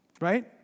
right